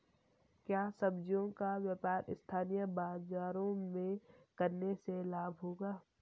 क्या सब्ज़ियों का व्यापार स्थानीय बाज़ारों में करने से लाभ होगा?